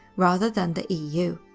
rather than the eu.